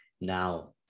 Now